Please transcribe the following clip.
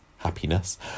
Happiness